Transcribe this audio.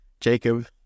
Jacob